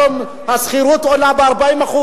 היום השכירות עולה ב-40%,